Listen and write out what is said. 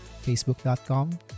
facebook.com